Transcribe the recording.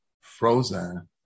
frozen